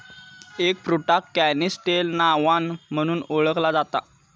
एगफ्रुटाक canistel नावान म्हणुन ओळखला जाता